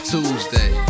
Tuesday